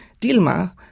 Dilma